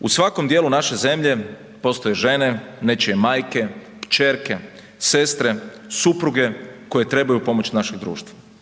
U svakom dijelu naše zemlje postoje žene, nečije majke, kćerke, sestre, supruge koje trebaju pomoć našeg društva.